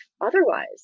otherwise